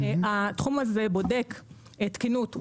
התחום הזה בודק תקינות.